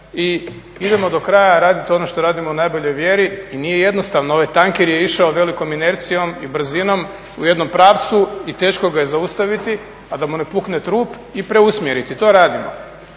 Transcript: i idemo do kraja raditi ono što radimo u najboljoj mjeri. I nije jednostavno ovaj tanker je išao velikom inercijom i brzinom u jednom pravcu i teško ga je zaustaviti a da mu ne pukne trup i preusmjeriti, to radimo.